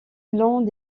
long